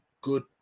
good